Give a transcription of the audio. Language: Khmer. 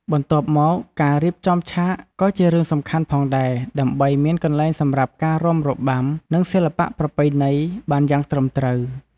បន្ទាប់មកការៀបចំឆាតក៏ជារឿងសំខាន់ផងដែរ ដើម្បីមានកន្លែងសម្រាប់ការរាំរបាំ និងសិល្បៈប្រពៃណីបានយ៉ាងត្រឹមត្រូវ។